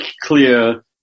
clear